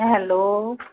hello